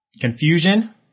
confusion